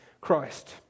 Christ